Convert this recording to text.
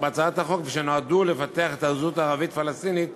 אשר נועדו לפתח את הזהות הערבית-פלסטינית